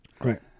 Right